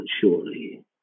surely